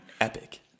epic